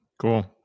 cool